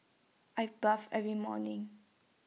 I bathe every morning